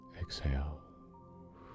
Exhale